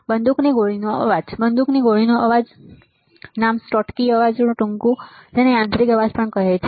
બંદૂકની ગોળીનો અવાજ બંદૂકની ગોળીનો અવાજ નામ સ્કોટકી અવાજનું ટૂંકું છે જેને યાંત્રિક અવાજ પણ કહેવાય છે